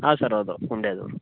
ಹಾಂ ಸರ್ ಹೌದು ಉಂಡೇದು